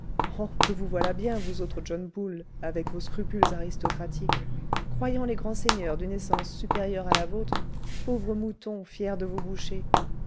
que vous voilà bien vous autres john bull avec vos scrupules aristocratiques croyant les grands seigneurs d'une essence supérieure à la vôtre pauvres moutons fiers de vos bouchers